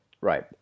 Right